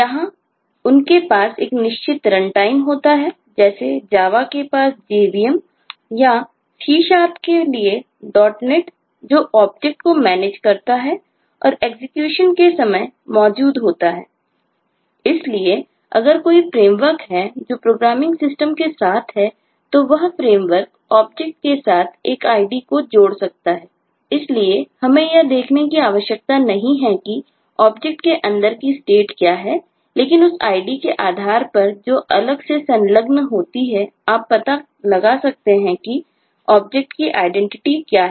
यहां उनके पास एक निश्चित रनटाइम क्या है लेकिन उस ID के आधार पर जो अलग से संलग्न होती हैआप पता लगा सकते हैं की ऑब्जेक्ट की आइडेंटिटी क्या है